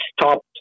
stopped